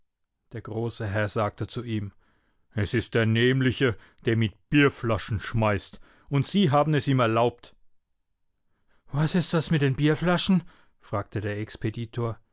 der große herr sagte zu ihm es ist der nämliche der mit bierflaschen schmeißt und sie haben es ihm erlaubt was ist das mit den bierflaschen fragte der expeditor